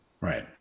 Right